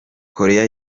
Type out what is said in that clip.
koreya